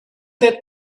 that